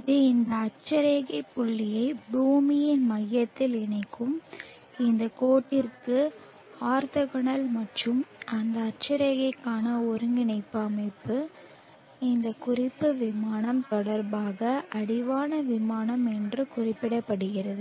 இது இந்த அட்சரேகை புள்ளியை பூமியின் மையத்தில் இணைக்கும் இந்த கோட்டிற்கு ஆர்த்தோகனல் மற்றும் அந்த அட்சரேகைக்கான ஒருங்கிணைப்பு அமைப்பு இந்த குறிப்பு விமானம் தொடர்பாக அடிவான விமானம் என்று குறிப்பிடப்படுகிறது